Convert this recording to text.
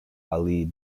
ali